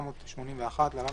התשמ"א 1981 (להלן,